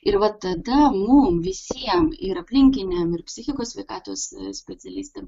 ir va tada mum visiem ir aplinkiniam ir psichikos sveikatos specialistam